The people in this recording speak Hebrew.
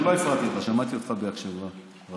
אני לא הפרעתי לך, שמעתי אותך בהקשבה רבה.